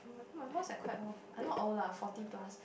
my boss like quite old one not old lah forty plus